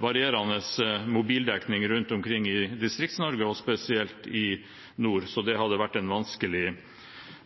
varierende mobildekning rundt omkring i Distrikts-Norge og spesielt i nord. Så det hadde vært en vanskelig